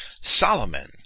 Solomon